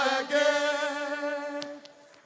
again